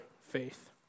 faith